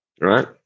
Right